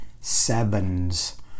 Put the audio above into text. sevens